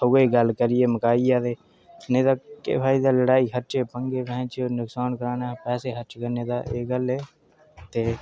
उ'ऐ गल्ल करियै ते मकाइयै ते नेईं तां केह् फायदा लड़ाई खर्चे पंगे ते नुकसान कराना पैसे खर्च करने तां एह् गल्ल ऐ ते